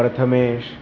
Prathamesh